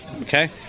Okay